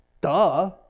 duh